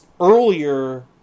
earlier